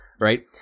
right